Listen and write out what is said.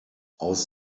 aus